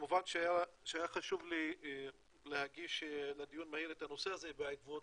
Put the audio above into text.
כמובן שהיה חשוב לי להגיש לדיון מהיר את הנושא הזה בעקבות